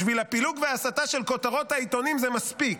בשביל הפילוג וההסתה של כותרות העיתונים זה מספיק.